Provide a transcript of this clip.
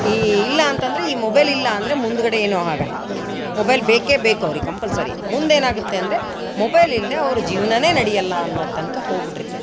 ಈ ಇಲ್ಲ ಅಂತಂದ್ರೆ ಈ ಮೊಬೈಲ್ ಇಲ್ಲ ಅಂದರೆ ಮುಂದುಗಡೆ ಏನೂ ಆಗೊಲ್ಲ ಮೊಬೈಲ್ ಬೇಕೆ ಬೇಕು ಅವರಿಗೆ ಕಂಪಲ್ಸರಿ ಮುಂದೇನು ಆಗುತ್ತೆ ಅಂದರೆ ಮೊಬೈಲ್ ಇಲ್ದೆ ಅವ್ರ ಜೀವ್ನವೇ ನಡೆಯೋಲ್ಲ ಅನ್ನೋ ತನಕ ಹೋಗ್ಬಿಟ್ಟಿರ್ತಾರೆ